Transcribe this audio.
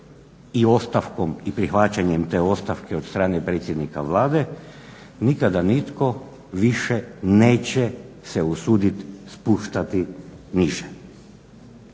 i ostavkom i prihvaćanjem te ostavke od strane predsjednika Vlade nikada nitko više neće se usuditi spuštati niže.